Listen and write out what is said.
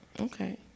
Okay